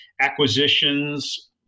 acquisitions